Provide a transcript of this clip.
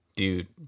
Dude